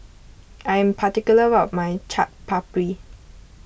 I am particular about my Chaat Papri